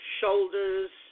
shoulders